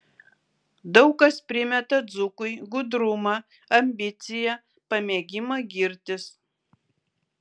daug kas primeta dzūkui gudrumą ambiciją pamėgimą girtis